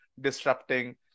disrupting